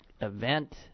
event